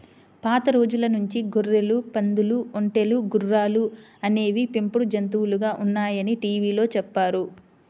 పాత రోజుల నుంచి గొర్రెలు, పందులు, ఒంటెలు, గుర్రాలు అనేవి పెంపుడు జంతువులుగా ఉన్నాయని టీవీలో చెప్పారు